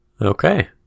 Okay